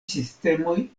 sistemoj